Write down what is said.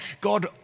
God